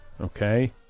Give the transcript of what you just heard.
Okay